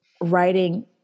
writing